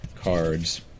cards